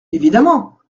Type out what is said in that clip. évidemment